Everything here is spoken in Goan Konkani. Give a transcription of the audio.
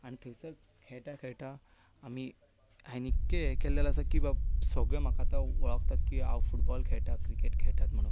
आनी थंयसर खेळटां खेळटां आमी आनीकय हें केलेलें आसा की बाबा सगळे म्हाका आतां वळखतात की हांव फुटबॉल खेळटां क्रिकेट खेळटां म्हणून